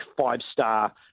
five-star